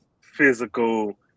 physical